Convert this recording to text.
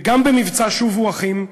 וגם במבצע "שובו אחים"